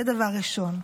זה דבר ראשון.